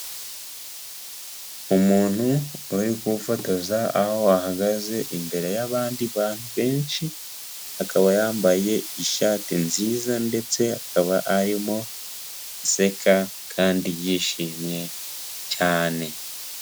Umuntu wariko ufotoza aho ahagaze imbere y'abandi bantu benshi akaba yambaye ishati nziza ndetse akaba arimo aseka kandi yishimye cyane.